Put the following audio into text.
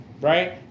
Right